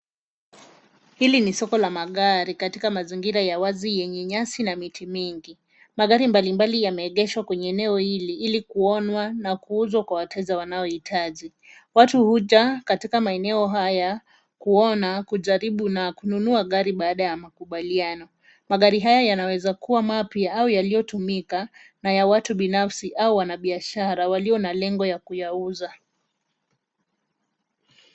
Hili ni soko la magari katika mazingira ya wazi yenye nyasi na miti mingi ,magari mbalimbali yameegeshwa kwenye eneo hili ili kuonwa na kuuzwa kwa wateja wanaohitaji ,watu huja katika maeneo haya kuona kujaribu na kununua gari baada ya makubaliano ,magari haya yanaweza kuwa mapya au yaliyotumika na ya watu binafsi au wanabiashara walio na lengo ya kuyauza.